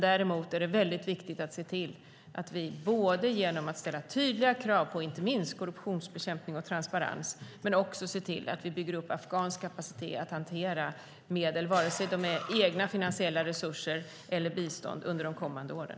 Däremot är det väldigt viktigt att se till att vi både ställer tydliga krav på inte minst korruptionsbekämpning och transparens och bygger upp afghansk kapacitet att hantera medel, vare sig det är egna finansiella resurser eller bistånd under de kommande åren.